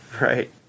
Right